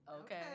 Okay